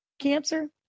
cancer